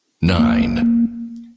Nine